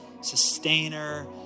sustainer